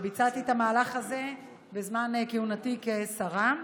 ביצעתי את המהלך הזה בזמן כהונתי כשרה.